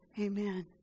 Amen